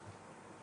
במבוגרים.